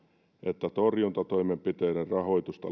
että torjuntatoimenpiteiden rahoitusta